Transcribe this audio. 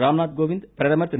ராம்நாத் கோவிந்த் பிரதமர் திரு